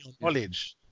knowledge